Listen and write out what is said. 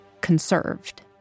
conserved